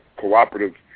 cooperative